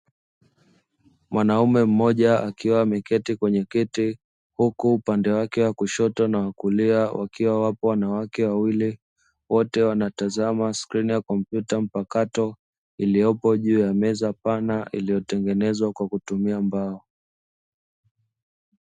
Mwanaume mmoja akiwa ameketi kwenye kiti huku upande wake wa kushoto na wa kulia, wakiwa wapo wanawake wawili, wote wanatazama skrini ya kompyuta mpakato iliyopo juu ya meza pana iliyotengenezwa kwa kutumia mbao.